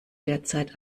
derzeit